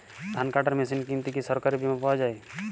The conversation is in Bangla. ধান কাটার মেশিন কিনতে কি সরকারী বিমা পাওয়া যায়?